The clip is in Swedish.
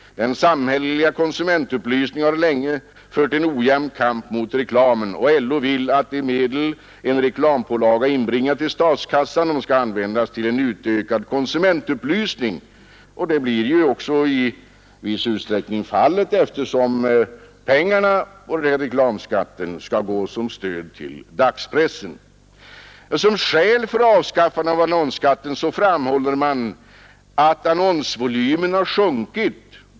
Den samhälleliga konsumentupplysningen har länge fört en ojämn kamp mot reklamen. LO vill att de medel en reklampålaga inbringar till statskassan används till en utökad konsumentupplysning. Det blir ju också i viss utsträckning fallet, eftersom pengarna på reklamskatten skall ges som stöd till dagspressen. Som skäl för ett avskaffande av annonsskatten framhåller man att annonsvolymen har sjunkit.